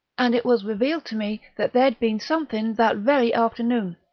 and it was revealed to me that there'd been something that very afternoon,